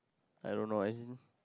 I don't know as in